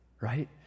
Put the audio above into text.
Right